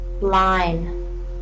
line